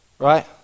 Right